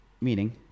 meaning